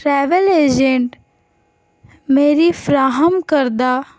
travel agent میری فراہم کردہ